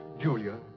Julia